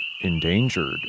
endangered